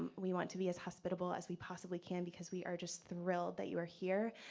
we want to be as hospitable as we possibly can because we are just thrilled that you are here,